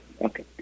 okay